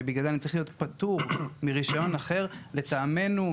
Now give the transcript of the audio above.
ולכן אני צריך להיות פטור מרישיון אחר" לטעמנו,